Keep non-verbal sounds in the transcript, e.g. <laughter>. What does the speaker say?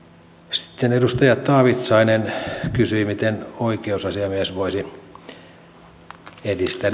sitten edustaja taavitsainen kysyi miten oikeusasiamies voisi edistää <unintelligible>